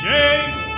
James